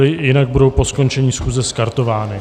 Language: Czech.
Jinak budou po skončení schůze skartovány.